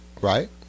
Right